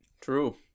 True